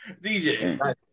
DJ